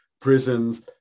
prisons